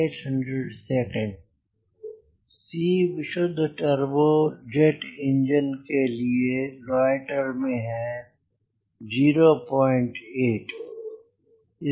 C विशुद्ध turbojet engine के लिए लॉयटेर में 08 है